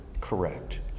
Correct